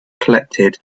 collected